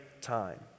time